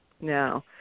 No